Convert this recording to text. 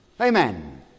Amen